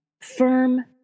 Firm